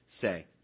say